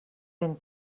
ben